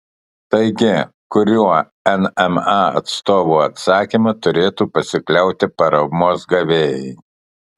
taigi kuriuo nma atstovų atsakymu turėtų pasikliauti paramos gavėjai